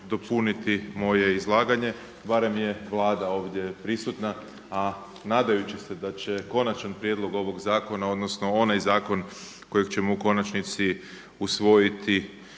dopuniti moje izlaganje. Barem je Vlada ovdje prisutna, a nadajući se da će konačan prijedlog ovoga zakona odnosno onaj zakon kojeg ćemo u konačnici usvojiti